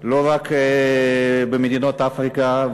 לא רק במדינות אפריקה,